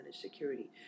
security